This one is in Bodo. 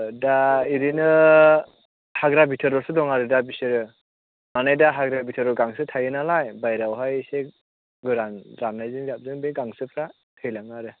दा बिदिनो हाग्रा भिटोरावसो दं आरो दा बिसोरो माने दा हाग्रा भिटोराव गांसो थायो नालाय बाहेरायावहाय एसे गोरान जाबनायजों जाबजों बे गांसोफ्रा थैलाङो आरो